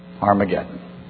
Armageddon